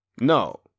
No